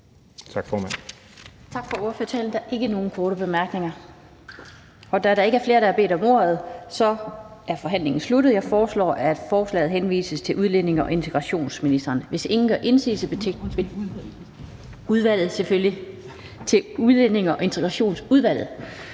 Tak for ordførertalen. Der er ikke nogen korte bemærkninger. Da der ikke er flere, som har bedt om ordet, er forhandlingen sluttet. Jeg foreslår, at forslaget henvises til Udlændinge- og Integrationsudvalget. Hvis ingen gør indsigelse, betragter jeg dette som vedtaget. Det er vedtaget.